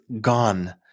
gone